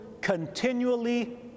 continually